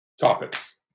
topics